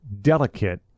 delicate